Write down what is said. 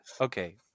Okay